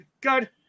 good